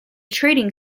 trading